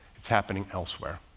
it's happening elsewhere.